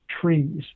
trees